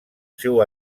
seu